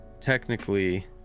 technically